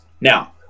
Now